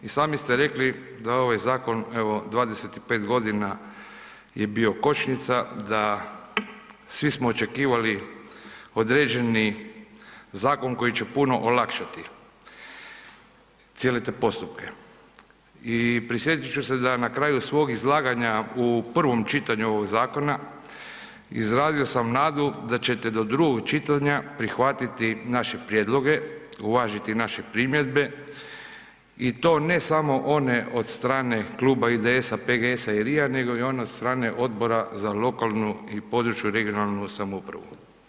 I sami ste rekli da ovaj zakon evo 25 g. je bio kočnica, da svi smo očekivali određeni zakon koji će puno olakšati cijele te postupke i prisjetit ću se da na kraju svog izlaganja u prvom čitanju ovog zakona, izrazio sam nadu da ćete do drugog čitanja prihvatiti naše prijedloge, uvažiti naše primjedbe i to ne samo one od strane kluba IDS-a, PGS-a i RI-ja nego i one od strane Odbora za lokalnu i područnu (regionalnu) samoupravu.